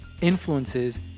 influences